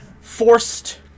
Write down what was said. forced